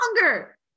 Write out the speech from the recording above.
longer